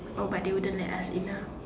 oh but they wouldn't let us in lah